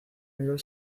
nivel